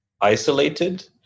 isolated